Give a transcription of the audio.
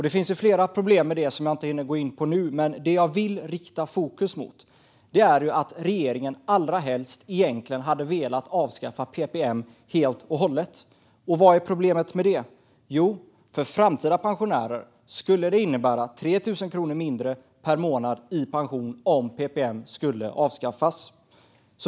Det finns flera problem med det som jag inte nu hinner gå in på, men det jag vill rikta fokus på är att regeringen allrahelst egentligen hade velat avskaffa PPM helt och hållet. Vad är problemet med det? Jo, om PPM avskaffas skulle det för framtiden pensionärer innebära 3 000 kronor mindre per månad.